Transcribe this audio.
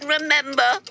remember